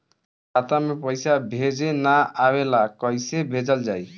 खाता में पईसा भेजे ना आवेला कईसे भेजल जाई?